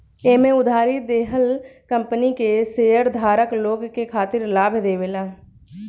एमे उधारी देहल कंपनी के शेयरधारक लोग के खातिर लाभ देवेला